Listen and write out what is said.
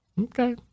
okay